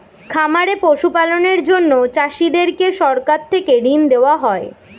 খামারে পশু পালনের জন্য চাষীদেরকে সরকার থেকে ঋণ দেওয়া হয়